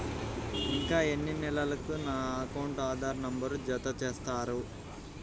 ఇంకా ఎన్ని నెలలక నా అకౌంట్కు ఆధార్ నంబర్ను జత చేస్తారు?